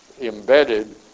embedded